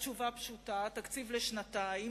התשובה פשוטה: התקציב לשנתיים.